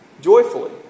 joyfully